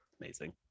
amazing